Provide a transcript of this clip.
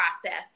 process